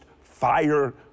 fire